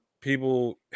people